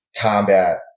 combat